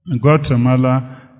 Guatemala